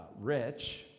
rich